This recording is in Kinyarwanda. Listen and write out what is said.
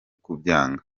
kubyanga